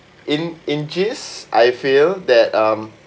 in injust I feel that um